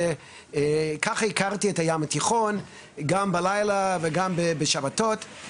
כך הכרתי את הים התיכון, גם בלילה וגם בשבתות.